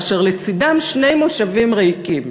כאשר לצדם שני מושבים ריקים.